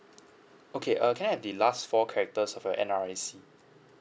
okay err can I have the last four characters of your N_R_I_C